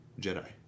Jedi